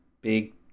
big